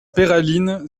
peyralines